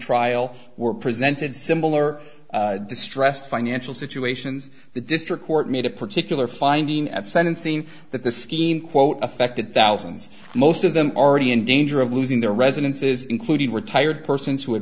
trial were presented similar distressed financial situations the district court made a particular finding at sentencing that the scheme quote affected thousands most of them already in danger of losing their residences including retired person